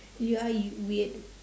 you are you weird